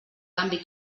canvi